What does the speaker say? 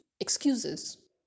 excuses